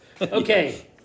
okay